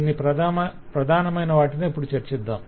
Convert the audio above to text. కొన్ని ప్రధానమైనవాటినే ఇప్పుడు చర్చిద్దాం